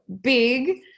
big